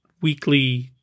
weekly